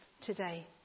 today